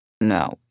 no